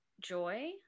joy